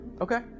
Okay